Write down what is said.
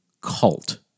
cult